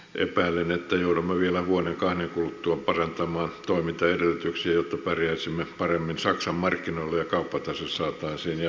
epäilen että joudumme vielä vuoden kahden kuluttua parantamaan toimintaedellytyksiä jotta pärjäisimme paremmin saksan markkinoilla ja kauppatase saataisiin jälleen positiiviseksi